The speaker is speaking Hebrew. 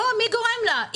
מי גורם לה?